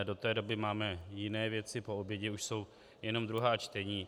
Do té doby máme jiné věci, po obědě už jsou jenom druhá čtení.